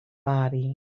body